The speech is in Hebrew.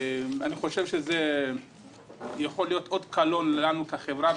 אני חושב שזה יכול להיות אות קלון לנו כחברה,